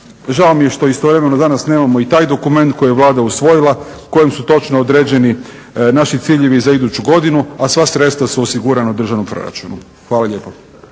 Žao mi je što istovremeno danas nemamo i taj dokument koji je Vlada usvojila kojim su točno određeni naši ciljevi za iduću godinu, a sva sredstva su osigurana u državnom proračunu. Hvala lijepa.